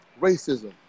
racism